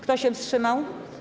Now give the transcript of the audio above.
Kto się wstrzymał?